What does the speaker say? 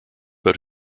but